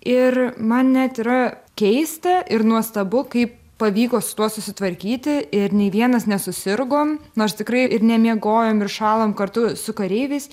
ir man net yra keista ir nuostabu kaip pavyko su tuo susitvarkyti ir nei vienas nesusirgom nors tikrai ir nemiegojom ir šąlom kartu su kareiviais